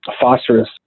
Phosphorus